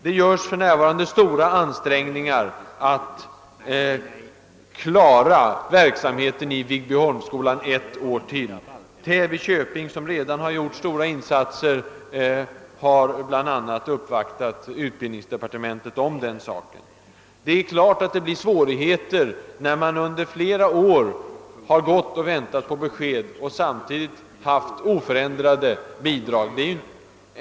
Det görs för närvarande stora ansträngningar att klara verksamheten på Viggbyholmsskolan under ytterligare ett år. Täby köping, som redan gjort stora insatser, har bl.a. uppvaktat utbildningsdepartementet om den saken. Givetvis uppstår det svårigheter då man under flera år väntat på besked och samtidigt haft oförändrade bidrag.